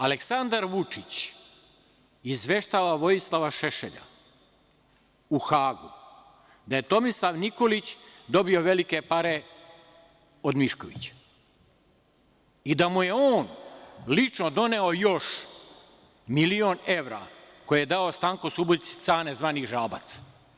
Aleksandar Vučić izveštava Vojislava Šešelja u Hagu da je Tomislav Nikolić dobio velike pare od Miškovića i da mu je on lično doneo još milion evra, koje je dao Stanko Subotić Cane, zvani Žabac.